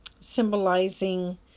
symbolizing